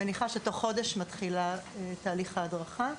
מניחה שתוך חודש מתחיל תהליך ההדרכה.